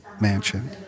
Mansion